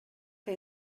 que